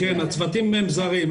הצוותים הם זרים.